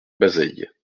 bazeilles